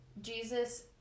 Jesus